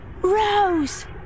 Rose